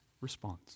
response